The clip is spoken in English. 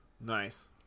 Nice